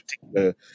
particular